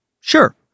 Sure